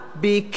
או אני יודעת?